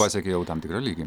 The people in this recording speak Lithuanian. pasiekei jau tam tikrą lygį